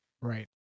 Right